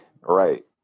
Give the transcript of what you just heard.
Right